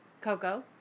Coco